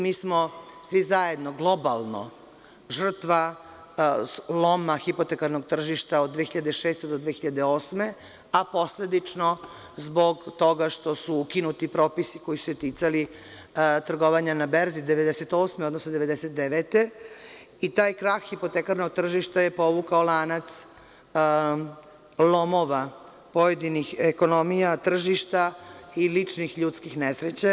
Mi smo svi zajedno globalno žrtva loma hipotekarnog tržišta od 2006. do 2008. godine, a posledično zbog toga što su ukinuti propisi koji su se ticali trgovanja na berzi 1998. godine, odnosno 1999. godine i taj krah hipotekarnog tržišta je povukao lanac lomova pojedinih ekonomija, tržišta i ličnih ljudskih nesreća.